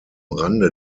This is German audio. rande